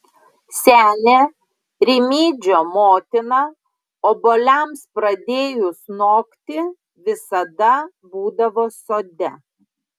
senė rimydžio motina obuoliams pradėjus nokti visada būdavo sode